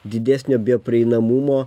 didesnio bioprieinamumo